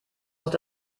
muss